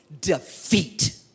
defeat